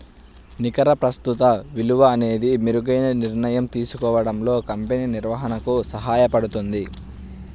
నికర ప్రస్తుత విలువ అనేది మెరుగైన నిర్ణయం తీసుకోవడంలో కంపెనీ నిర్వహణకు సహాయపడుతుంది